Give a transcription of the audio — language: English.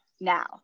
now